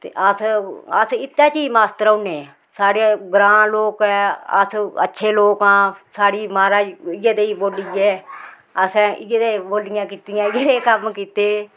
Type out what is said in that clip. ते अस अस इत्तै च ही मस्त रौह्न्ने साढ़े ग्रांऽ लोकें अस अच्छे लोक आं साढ़ी महाराज इ'यै देही बोली ऐ असें इ'यै देह् बोलियां कीतियां इ'यै दे कम्म कीते